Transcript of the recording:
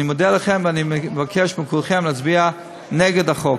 אני מודה לכם, ואני מבקש מכולכם להצביע נגד החוק.